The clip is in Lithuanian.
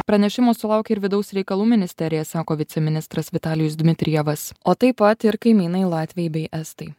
pranešimų sulaukė ir vidaus reikalų ministerija sako viceministras vitalijus dmitrijevas o taip pat ir kaimynai latviai bei estai